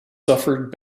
suffered